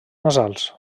nasals